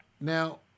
Now